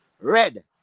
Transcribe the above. red